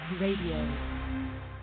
Radio